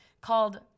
called